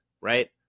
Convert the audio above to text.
right